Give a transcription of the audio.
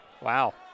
Wow